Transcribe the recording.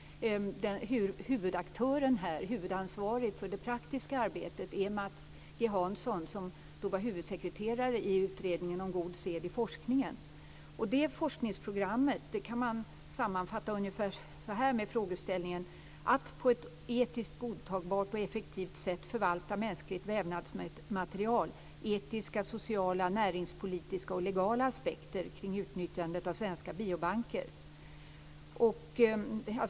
Huvudansvarig för det praktiska arbetet är Mats G Hansson, som var huvudsekreterare i utredningen om god sed i forskningen. Forskningsprogrammet kan sammanfattas ungefär så här: Att på ett etiskt godtagbart och effektivt sätt förvalta mänskligt vävnadsmaterial och etiska, sociala, näringspolitiska och legala aspekter kring utnyttjandet av svenska biobanker.